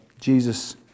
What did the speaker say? Jesus